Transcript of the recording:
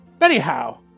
anyhow